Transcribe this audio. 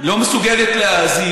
לא מסוגלת להאזין,